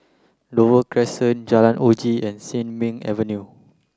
Dover Crescent Jalan Uji and Sin Ming Avenue